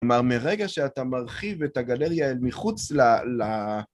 כלומר, מרגע שאתה מרחיב את הגלריה אל מחוץ ל...